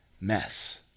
mess